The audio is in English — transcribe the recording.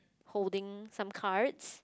holding some cards